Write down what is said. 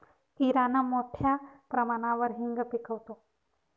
Iran मोठ्या प्रमाणावर हिंग पिकवतो